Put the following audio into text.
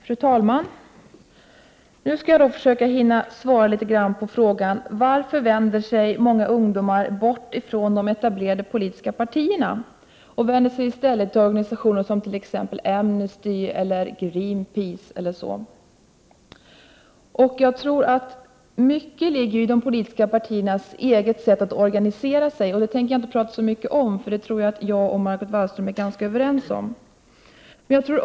Fru talman! Nu skall jag försöka svara på frågan: Varför vänder sig många ungdomar bort från de etablerade politiska partierna, och varför vänder de sig i stället till organisationer som Amnesty, Greenpeace m.fl.? Jag tror att mycket ligger i de politiska partiernas eget sätt att organisera sig, men det tänker jag inte prata så mycket om, för jag tror att Margot Wallström och jag är ganska överens om det.